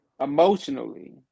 emotionally